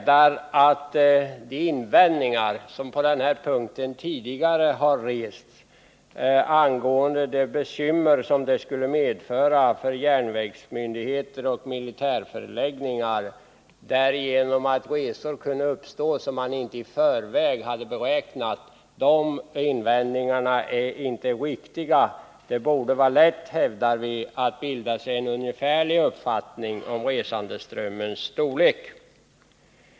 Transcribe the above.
De invändningar häremot som tidigare rests om att det skulle uppstå olägenheter för järnvägsmyndigheter och på de militära förläggningarna genom att resor kunde komma att företas som inte i förväg hade beräknats är inte välgrundade. Det borde vara lätt, hävdar vi motionärer, att bilda sig en uppfattning om resandeströmmens storlek.